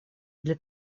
для